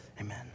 Amen